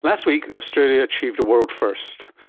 last week australia achieved a world first.